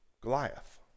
Goliath